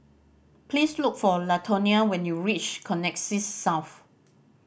please look for Latonia when you reach Connexis South